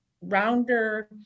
rounder